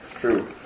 True